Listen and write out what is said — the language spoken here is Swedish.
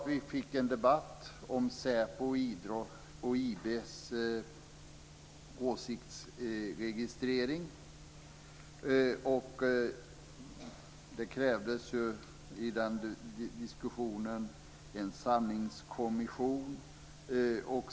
Vi fick ju en debatt om säpos och IB:s åsiktsregistrering. I den diskussionen krävdes en sanningskommission.